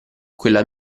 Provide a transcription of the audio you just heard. quella